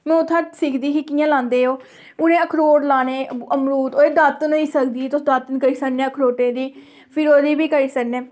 में उ'त्थें सिखदी ही कि'यां लांदे ओह् उ'नें अखरोट लाने अमरूद ओह्दी दातन होई सकदी तुस दातन करी सकने अखरोटें दी फ्ही ओह्दी बी करी सकने